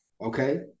Okay